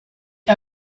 the